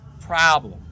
problem